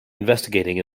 investigating